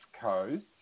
Coast